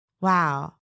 Wow